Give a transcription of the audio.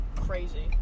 Crazy